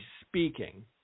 speaking